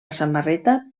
samarreta